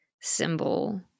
symbol